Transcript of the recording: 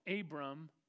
Abram